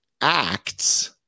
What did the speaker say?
acts